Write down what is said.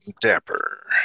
Dapper